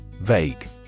Vague